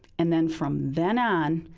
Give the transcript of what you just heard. and then from then on,